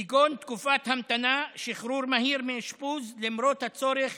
כגון תקופת המתנה, שחרור מהיר מאשפוז למרות הצורך